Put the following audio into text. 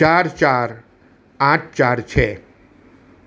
ચાર ચાર આઠ ચાર છે